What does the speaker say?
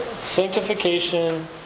Sanctification